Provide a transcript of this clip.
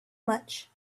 much